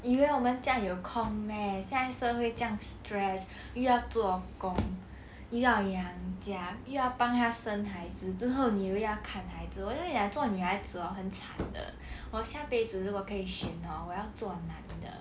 以为我们这样有空 meh 下一生会这样 stress 又要做工又要养家又要帮她生孩子之后你又要看孩我就想做女孩子 hor 很惨的我下辈子如果可以选 hor 我要做男的